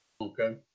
Okay